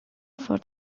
for